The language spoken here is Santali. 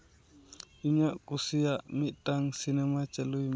ᱤᱧᱟᱹᱜ ᱠᱩᱥᱤᱭᱟᱜ ᱢᱤᱫᱴᱟᱱ ᱥᱤᱱᱮᱢᱟ ᱪᱟᱹᱞᱩᱭ ᱢᱮ